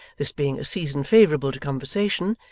this being a season favourable to conversation,